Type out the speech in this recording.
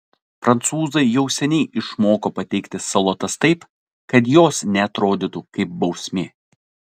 prancūzai jau seniai išmoko pateikti salotas taip kad jos neatrodytų kaip bausmė